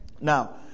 Now